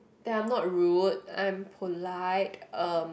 that I'm not rude I'm polite um